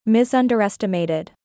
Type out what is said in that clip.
Misunderestimated